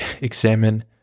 examine